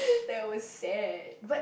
that was sad but